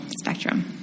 spectrum